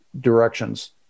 directions